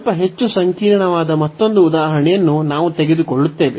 ಸ್ವಲ್ಪ ಹೆಚ್ಚು ಸಂಕೀರ್ಣವಾದ ಮತ್ತೊಂದು ಉದಾಹರಣೆಯನ್ನು ನಾವು ತೆಗೆದುಕೊಳ್ಳುತ್ತೇವೆ